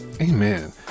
Amen